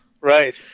right